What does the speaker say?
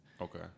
Okay